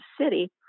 city